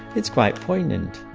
it's quite poignant,